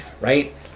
Right